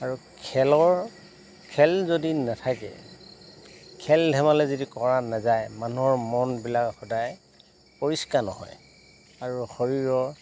আৰু খেলৰ খেল যদি নাথাকে খেল ধেমালি যদি কৰা নাযায় মানুহৰ মনবিলাক সদায় পৰিষ্কাৰ নহয় আৰু শৰীৰৰ